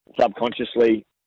Subconsciously